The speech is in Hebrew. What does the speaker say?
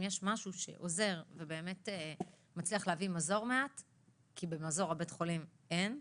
אם יש משהו שעוזר ומצליח להביא מעט מזור כי בבית החולים אין מזור,